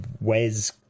Wes